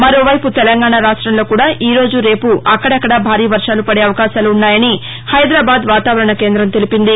మరోవైపు తెలంగాణా రాష్టంలో కూడా ఈరోజు రేపు అక్కడక్కడ భారీ వర్వాలు పదే అవకాశాలున్నాయని హైదరాబాద్ వాతావరణ కేంద్రం తెలిపింది